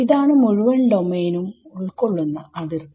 ഇതാണ് മുഴുവൻ ഡോമെയിനും ഉൾകൊള്ളുന്ന അതിർത്തി